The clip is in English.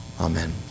Amen